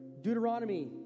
Deuteronomy